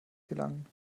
gelangen